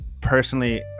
personally